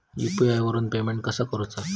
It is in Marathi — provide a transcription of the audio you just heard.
यू.पी.आय वरून पेमेंट कसा करूचा?